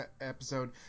episode